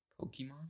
Pokemon